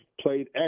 played